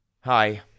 Hi